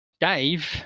Dave